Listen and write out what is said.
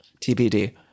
TBD